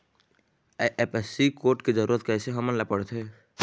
IFSC code के जरूरत कैसे हमन ला पड़थे?